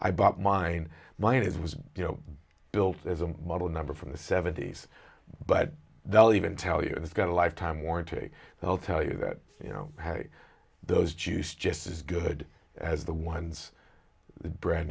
i bought mine mine it was you know built as a model number from the seventy's but they'll even tell you it's got a lifetime warranty i'll tell you that you know had those jews just as good as the ones that brand